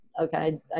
Okay